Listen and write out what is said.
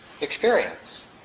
experience